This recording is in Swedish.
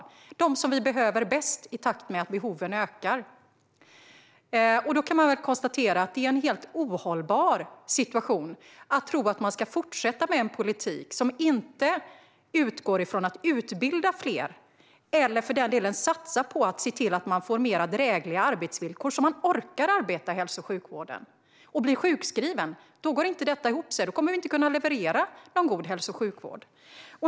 Det är de som vi behöver bäst i takt med att behoven ökar. Vi kan konstatera att det är en helt ohållbar situation att tro att man kan fortsätta med en politik som inte utgår från att utbilda fler eller för den delen satsa på att se till att vi får mer drägliga arbetsvillkor så att människor orkar arbeta i hälso och sjukvården utan att bli sjukskrivna. Annars går det inte ihop, och då kommer vi inte att kunna leverera någon god hälso och sjukvård.